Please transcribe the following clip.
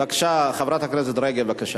חברת הכנסת רגב, בבקשה.